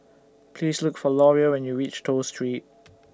Please Look For Loria when YOU REACH Toh Street